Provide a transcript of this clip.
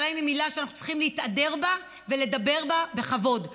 ירושלים היא משילה צריכים להתהדר בה ולדבר בכבוד.